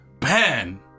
Ben